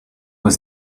was